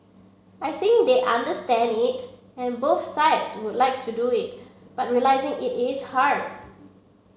I think they understand it and both sides would like to do it but realising it is hard